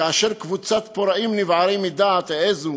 כאשר קבוצת פורעים נבערים מדעת העזו